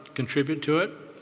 contribute to it.